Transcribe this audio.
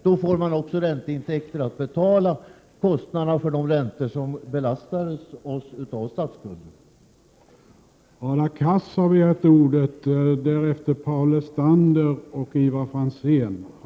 Då får man ränteintäkter och på det sättet får man möjlighet att betala de räntor på statsskulden som belastar oss.